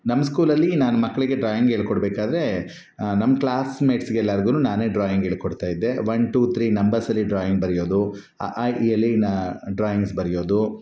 ನಮ್ಮ ಸ್ಕೂಲಲ್ಲಿ ನಾನು ಮಕ್ಕಳಿಗೆ ಡ್ರಾಯಿಂಗ್ ಹೇಳ್ಕೊಡ್ಬೇಕಾದ್ರೆ ನಮ್ಮ ಕ್ಲಾಸ್ಮೇಟ್ಸ್ ಎಲ್ಲರ್ಗೂನು ನಾನೇ ಡ್ರಾಯಿಂಗ್ ಹೇಳಿ ಕೊಡ್ತಾಯಿದ್ದೆ ವನ್ ಟು ಥ್ರೀ ನಂಬರ್ಸ್ಸಲ್ಲಿ ಡ್ರಾಯಿಂಗ್ ಬರಿಯೋದು ಅ ಆ ಇ ಈ ಯಲ್ಲಿನ ಡ್ರಾಯಿಂಗ್ಸ್ ಬರಿಯೋದು